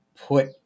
put